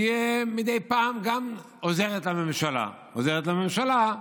גם היא מדי פעם עוזרת לממשלה, עוזרת לממשלה,